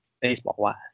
baseball-wise